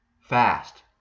fast